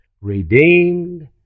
Redeemed